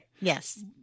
Yes